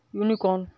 unicorn